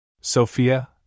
Sophia